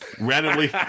randomly